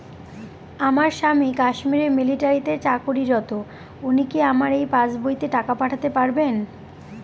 আমার স্বামী কাশ্মীরে মিলিটারিতে চাকুরিরত উনি কি আমার এই পাসবইতে টাকা পাঠাতে পারবেন?